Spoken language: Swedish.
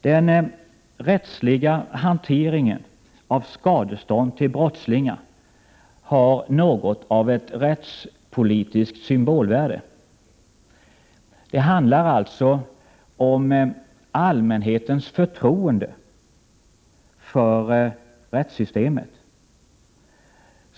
Den rättsliga hanteringen av skadestånd till brottslingar har något av ett rättspolitiskt symbolvärde. Det handlar alltså om allmänhetens förtroende för rättssystemet.